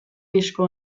disko